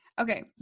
Okay